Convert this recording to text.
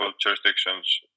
jurisdictions